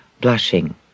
Blushing